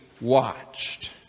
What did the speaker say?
watched